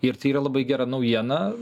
ir tai yra labai gera naujiena